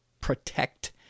protect